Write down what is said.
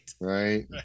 right